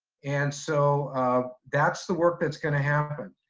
and so that's the work that's going to happen.